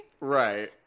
right